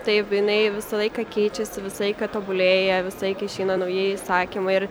taip jinai visą laiką keičiasi visą laiką tobulėja visą laiką išeina nauji įsakymai ir